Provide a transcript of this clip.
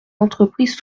entreprises